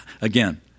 Again